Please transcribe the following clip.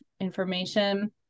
information